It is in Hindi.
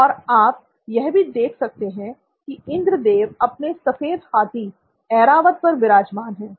और आप यह भी देख सकते हैं की इंद्रदेव अपने सफेद हाथी एरावत पर विराजमान हैं